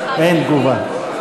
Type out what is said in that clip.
אין תגובה.